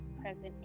present